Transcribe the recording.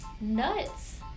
nuts